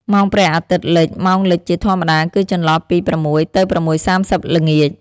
ម៉ោងព្រះអាទិត្យលិច ម៉ោងលិចជាធម្មតាគឺចន្លោះពី ៦ ទៅ ៦:៣០ ល្ងាច។